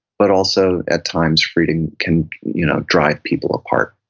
but also at times freedom can you know drive people apart.